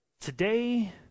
Today